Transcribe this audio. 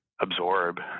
absorb